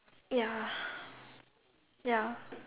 ya ya